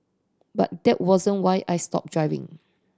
but that wasn't why I stopped driving